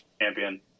champion